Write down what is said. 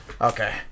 okay